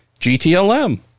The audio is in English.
GTLM